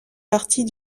partie